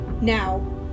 Now